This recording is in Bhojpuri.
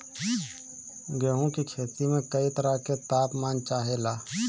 गेहू की खेती में कयी तरह के ताप मान चाहे ला